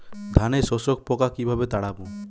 ধানে শোষক পোকা কিভাবে তাড়াব?